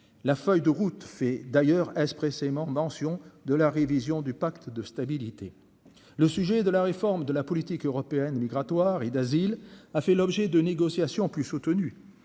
la feuille de route, fait d'ailleurs expressément mention de la révision du pacte de stabilité, le sujet de la réforme de la politique européenne migratoire et d'asile, a fait l'objet de négociations plus soutenu.